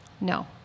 No